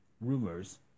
rumors